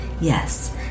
Yes